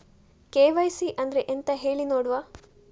KYC ಅಂದ್ರೆ ಎಂತ ಹೇಳಿ ನೋಡುವ?